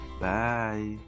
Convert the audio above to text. Bye